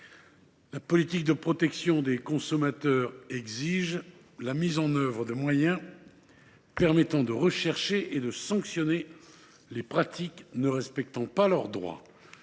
la politique de protection des consommateurs exige la mise en œuvre de moyens permettant de rechercher et de sanctionner les pratiques ne respectant pas leurs droits.